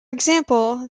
example